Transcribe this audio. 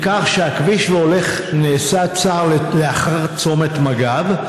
מכך שהכביש הולך ונעשה צר לאחר צומת מג"ב,